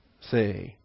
say